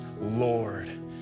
Lord